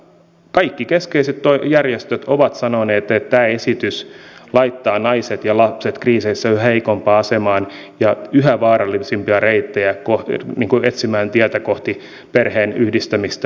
kaikki keskeiset järjestöt ovat sanoneet että tämä esitys laittaa naiset ja lapset kriiseissä yhä heikompaan asemaan ja yhä vaarallisempia reittejä etsimään kohti perheenyhdistämistä